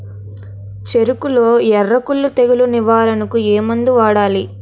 చెఱకులో ఎర్రకుళ్ళు తెగులు నివారణకు ఏ మందు వాడాలి?